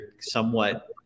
somewhat